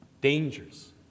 dangers